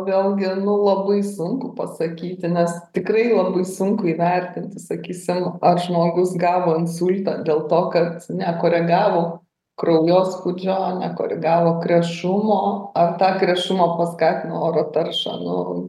vėlgi nu labai sunku pasakyti nes tikrai labai sunku įvertinti sakysim žmogus gavo insultą dėl to kad nekoregavo kraujospūdžio nekoregavo krešumo ar tą krešumą paskatino oro tarša nu